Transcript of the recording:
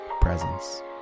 presence